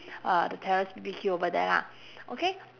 uh the terrace B B Q over there lah okay